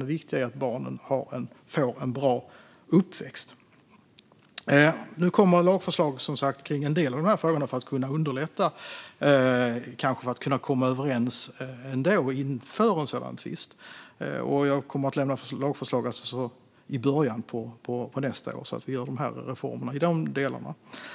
Det viktiga är att barnen får en bra uppväxt. Nu kommer det som sagt lagförslag för en del av de här frågorna för att underlätta att komma överens ändå inför en sådan tvist. Jag kommer att lämna lagförslagen i början av nästa år så att vi gör reformer i de delarna.